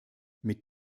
mit